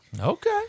Okay